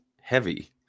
heavy